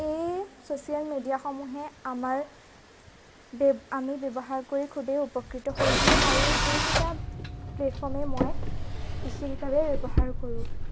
এই চ'চিয়েল মিডিয়াসমূহে আমাৰ বে আমি ব্যৱহাৰ কৰি খুবেই উপকৃত হৈছোঁ আৰু এইকেইটা প্লেটফৰ্মেই মই বিশেষভাৱে ব্যৱহাৰ কৰোঁ